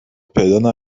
پیدا